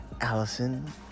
Allison